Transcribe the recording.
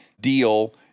deal